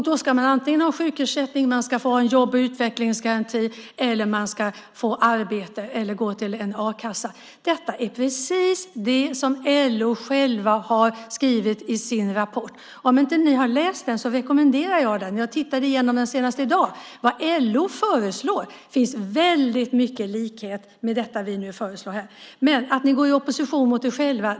Då ska man antingen ha sjukersättning eller jobb och utvecklingsgaranti, få arbete eller gå till a-kassa. Detta är precis det som LO självt har skrivit i sin rapport. Om ni inte har läst den rekommenderar jag den. Jag tittade igenom den senast i dag. Det LO föreslår har väldigt stora likheter med det vi nu föreslår här. Men ni går i opposition mot er själva.